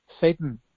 Satan